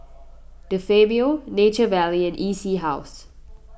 De Fabio Nature Valley and E C House